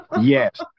Yes